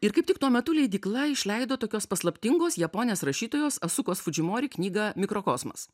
ir kaip tik tuo metu leidykla išleido tokios paslaptingos japonės rašytojos asukos fudžimori knygą mikrokosmas